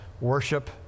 worship